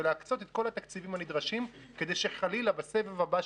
ולהקצות את כל התקציבים הנדרשים כדי שחלילה בסבב הבא,